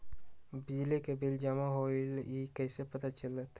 बिजली के बिल जमा होईल ई कैसे पता चलतै?